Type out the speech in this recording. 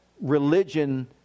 religion